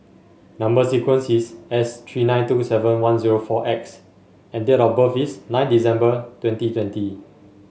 number sequence is S three nine two seven one zero four X and date of birth is nine December twenty twenty